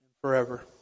forever